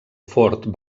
fort